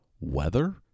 weather